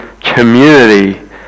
community